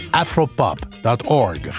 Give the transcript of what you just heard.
afropop.org